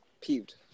peeved